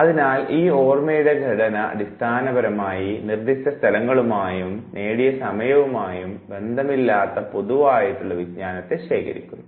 അതിനാൽ ഈ ഓർമ്മയുടെ ഘടന അടിസ്ഥാനപരമായി നിർദ്ദിഷ്ട സ്ഥലങ്ങളുമായും നേടിയ സമയവുമായും ബന്ധമില്ലാത്ത പൊതുവയിട്ടുള്ള വിജ്ഞാനത്തെ ശേഖരിക്കുന്നു